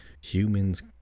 Humans